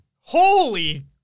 Holy